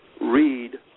read